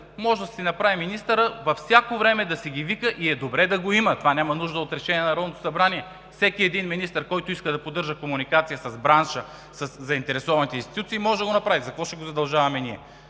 може да си направи – във всяко време да си ги вика, и е добре да го има. За това няма нужда от решение на Народното събрание. Всеки един министър, който иска да поддържа комуникация с бранша, със заинтересованите институции, може да го направи. За какво ще го задължаваме ние?